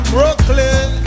Brooklyn